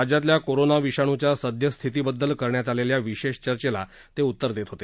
राज्यातल्या कोरोना विषाणूच्या सद्यस्थितीबद्दल करण्यात आलेल्या विशेष चर्चेला ते उत्तर देत होते